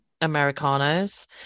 Americanos